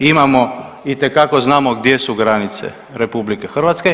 Imamo, itekako znamo gdje su granice RH.